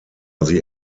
sie